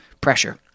Pressure